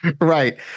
Right